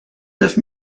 neuf